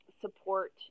support